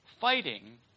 fighting